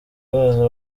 baza